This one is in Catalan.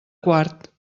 quart